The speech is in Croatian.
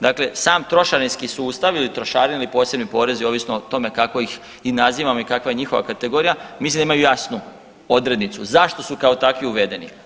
Dakle, sam trošarinski sustav ili trošarine ili posebni porezi ovisno o tome kako i nazivamo i kakva je njihova kategorija mislim da imaju jasnu odrednicu zašto su kao takvi uvedeni.